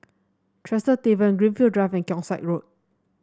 Tresor Tavern Greenfield Drive and Keong Saik Road